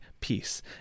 peace